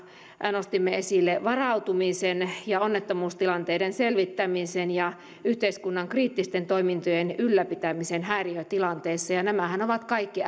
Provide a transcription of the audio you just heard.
nostimme esille varautumisen ja onnettomuustilanteiden selvittämisen ja yhteiskunnan kriittisten toimintojen ylläpitämisen häiriötilanteissa nämähän ovat kaikki